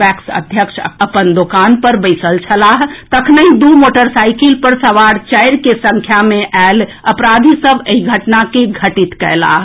PACS अध्यक्ष अपन दोकान पर बैसल छलाह तखनहि दू मोटरसाईकिल पर सवार चारिक संख्या मे आएल अपराधी सभ एहि घटना के घटित कएलक